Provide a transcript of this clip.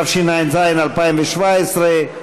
התשע"ז 2017,